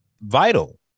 vital